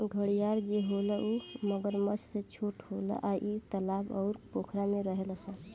घड़ियाल जे होला उ मगरमच्छ से छोट होला आ इ तालाब अउर पोखरा में रहेले सन